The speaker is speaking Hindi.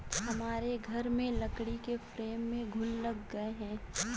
हमारे घर में लकड़ी के फ्रेम में घुन लग गए हैं